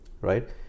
right